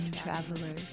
travelers